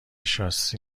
شاسی